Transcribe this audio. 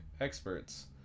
experts